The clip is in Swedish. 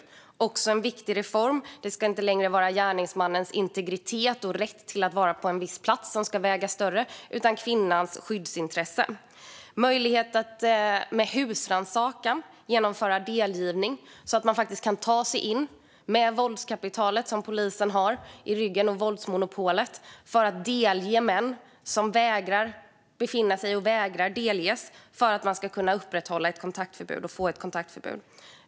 Det är också en viktig reform. Gärningsmannens integritet och rätt att vara på en viss plats ska inte längre väga tyngre. Det ska kvinnans skyddsintressen göra. Det ska finnas möjlighet att med husrannsakan genomföra delgivning. Då kan man med polisens våldskapital och våldsmonopol i ryggen ta sig in för att delge män som vägrar att infinna sig och att delges. På det sättet ska ett kontaktförbud kunna ges och upprätthållas.